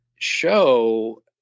show